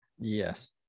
Yes